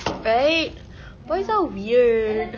right boys are weird